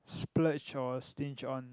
splurge or stinge on